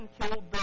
killed